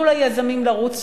תנו ליזמים לרוץ.